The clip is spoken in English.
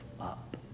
up